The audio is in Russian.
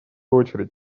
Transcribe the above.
очередь